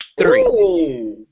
Three